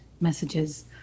messages